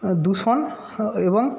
দূষণ এবং